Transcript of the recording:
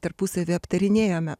tarpusavy aptarinėjome